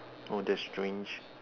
oh that's strange